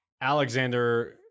Alexander